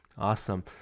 Awesome